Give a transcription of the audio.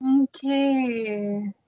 Okay